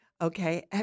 Okay